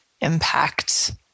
impact